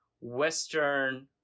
western